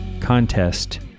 contest